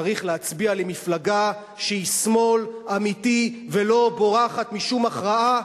צריך להצביע למפלגה שהיא שמאל אמיתי ולא בורחת משום הכרעה.